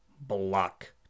block